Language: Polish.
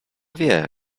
wie